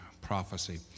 prophecy